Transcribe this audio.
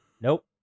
Nope